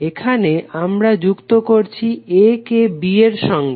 এখানে আমরা যুক্ত করছি a কে b এর সঙ্গে